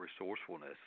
resourcefulness